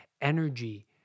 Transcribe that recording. energy